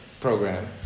program